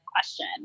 question